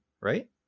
right